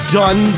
done